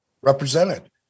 represented